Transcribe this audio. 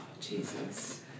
Jesus